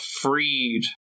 freed